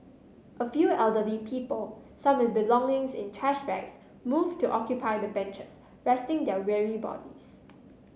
a few elderly people some with belongings in trash bags moved to occupy the benches resting their weary bodies